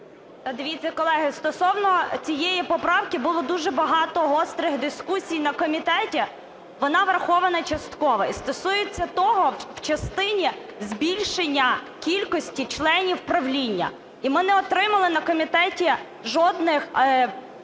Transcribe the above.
Дивіться, колеги, стосовно цієї поправки було дуже багато гострих дискусій на комітеті. Вона врахована частково і стосується того, в частині збільшення кількості членів правління. І ми не отримали на комітеті жодних